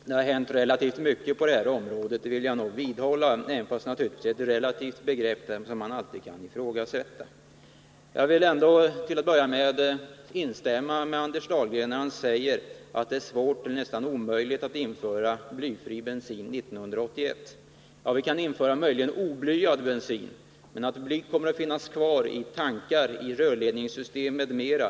Fru talman! Det har hänt förhållandevis mycket på det här området. Det vill jag vidhålla. Men det rör sig här om relativa företeelser, som man alltid kan ifrågasätta. Jag vill ändå till att börja med instämma med Anders Dahlgren när han säger att det är svårt, ja, nästan omöjligt, att införa blyfri bensin 1981. Vi kan möjligen införa oblyad bensin, men bly kommer att finnas kvar i tankar, rörledningssystem m.m.